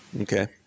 Okay